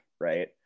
right